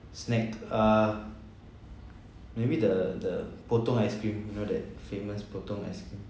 snack err maybe the the potong ice cream you know that famous potong ice cream